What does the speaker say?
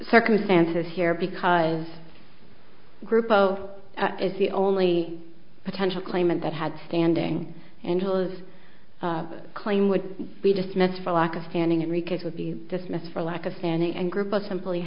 circumstances here because group of is the only potential claimant that had standing and will claim would be dismissed for lack of standing and rica's would be dismissed for lack of standing and group but simply